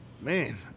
Man